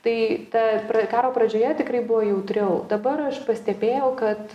tai ta karo pradžioje tikrai buvo jautriau dabar aš pastebėjau kad